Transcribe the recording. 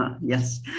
Yes